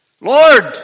Lord